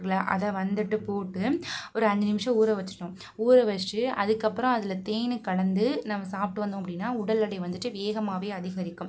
அதை வந்துட்டு போட்டு ஒரு அஞ்சு நிமிஷம் ஊற வச்சிடணும் ஊற வச்சுட்டு அதுக்கு அப்புறம் அதில் தேன் கலந்து நம்ம சாப்பிட்டு வந்தோம் அப்படின்னா உடல் எடை வந்துட்டு வேகமாகவே அதிகரிக்கும்